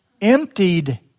emptied